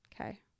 Okay